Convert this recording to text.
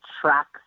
tracks